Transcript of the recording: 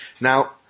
now